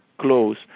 close